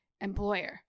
employer